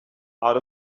out